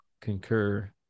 concur